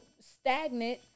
stagnant